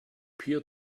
peer